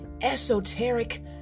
esoteric